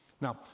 Now